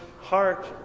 heart